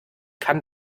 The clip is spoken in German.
kann